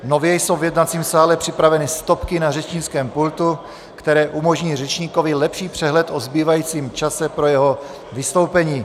Nově jsou v jednacím sále připraveny stopky na řečnickém pultu, které umožní řečníkovi lepší přehled o zbývajícím čase pro jeho vystoupení.